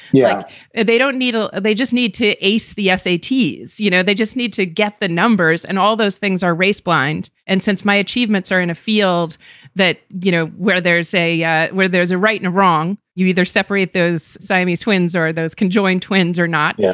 yeah and they don't need ah they just need to ace the sats. you know they just need to get the numbers. and all those things are race blind. and since my achievements are in a field that, you know, where there's a yeah where there's a right and wrong, you either separate those siamese twins or those conjoined twins are not, yeah